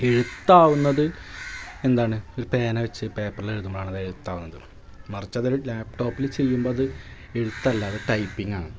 എഴുത്താകുന്നത് എന്താണ് ഒരു പേന വെച്ച് പേപ്പറിലെഴുതുമ്പോഴാണത് എഴുത്താകുന്നത് മറിച്ചതൊരു ലാപ്പ് ടോപ്പിൽ ചെയ്യുമ്പോഴത് എഴുത്തല്ലത് ടൈപ്പിംഗാണ്